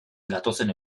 gatozen